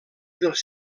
dels